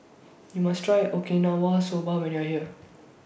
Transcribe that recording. YOU must Try Okinawa Soba when YOU Are here